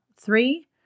three